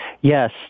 Yes